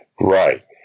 Right